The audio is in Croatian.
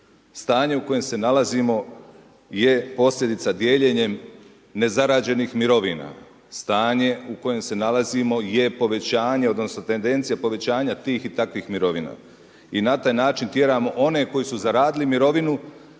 Stanje u kojem se nalazimo je posljedica dijeljenjem nezarađenih mirovina, stanje u kojem se nalazimo je povećanje odnosno tendencija povećanja tih i takvih mirovina i na taj način tjeramo one koji su zaradili mirovinu